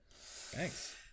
thanks